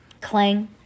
Clang